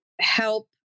help